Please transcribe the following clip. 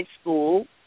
school